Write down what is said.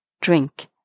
drink